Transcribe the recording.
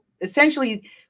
essentially